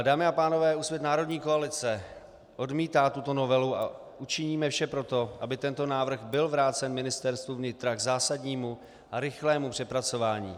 Dámy a pánové, Úsvit národní koalice odmítá tuto novelu a učiníme vše pro to, aby tento návrh byl vrácen Ministerstvu vnitra k zásadnímu a rychlému přepracování.